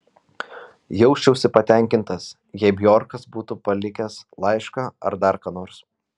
jausčiausi patenkintas jei bjorkas būtų palikęs laišką ar dar ką nors